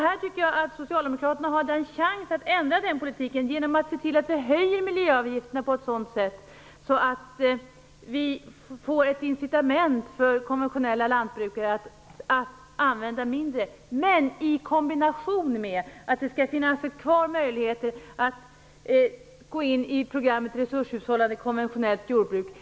Här hade socialdemokraterna en chans att ändra den politiken genom att se till att höja miljöavgifterna på ett sådant sätt att man får ett incitament för konventionella lantbrukare att använda mindre handelsgödsel, i kombination med att det skall finnas möjligheter att gå in i programmet resurshushållande konventionellt jordbruk.